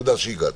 תודה שהגעת.